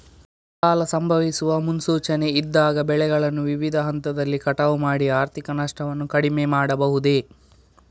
ಬರಗಾಲ ಸಂಭವಿಸುವ ಮುನ್ಸೂಚನೆ ಇದ್ದಾಗ ಬೆಳೆಗಳನ್ನು ವಿವಿಧ ಹಂತದಲ್ಲಿ ಕಟಾವು ಮಾಡಿ ಆರ್ಥಿಕ ನಷ್ಟವನ್ನು ಕಡಿಮೆ ಮಾಡಬಹುದೇ?